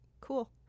cool